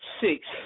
Six